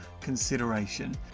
consideration